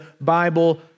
Bible